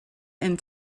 and